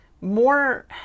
more